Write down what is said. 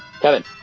Kevin